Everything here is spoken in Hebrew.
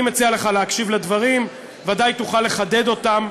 אני מציע לך להקשיב לדברים, ודאי תוכל לחדד אותם,